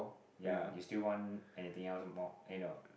ya you still want anything else more eh you know